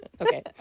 Okay